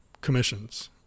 commissions